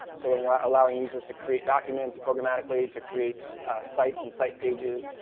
so allowing users to create documents programatically, to create sites and site pages,